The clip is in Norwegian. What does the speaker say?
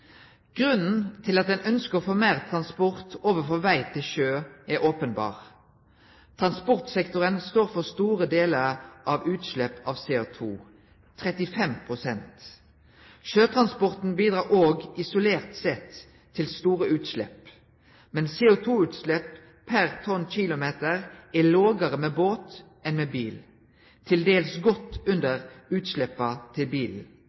Grunnen til at ein ønskjer å få meir transport over frå veg til sjø, er openberr. Transportsektoren står for store delar av utslepp av CO2 – 35 pst. Sjøtransporten bidreg òg isolert sett til store utslepp, men CO2-utslepp per tonnkilometer er lågare med båt enn med bil, til dels godt under utsleppa til